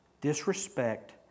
disrespect